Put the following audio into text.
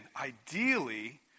ideally